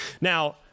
Now